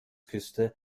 küste